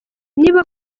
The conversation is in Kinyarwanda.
niba